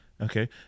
okay